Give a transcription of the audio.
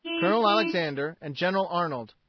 colonel alexander and general arnold.